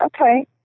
Okay